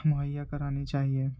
مہیا کرانی چاہیے